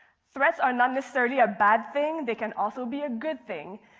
threats are not necessarily a bad thing. they can also be a good thing.